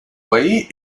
way